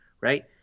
right